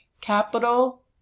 capital